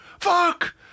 fuck